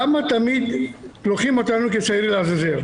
למה תמיד לוקחים אותנו כשעיר לעזאזל,